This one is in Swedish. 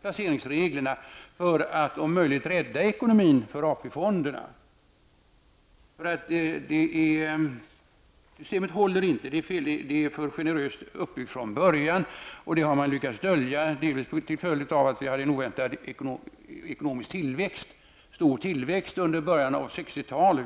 placeringsreglerna för att om möjligt rädda ekonomin för AP-fonden. Systemet håller inte. Det är för generöst uppbyggt från början. Det har man lyckats dölja, delvis till följd av att vi hade en oväntat stor ekonomisk tillväxt under början av 60-talet.